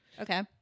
okay